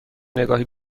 نگاهی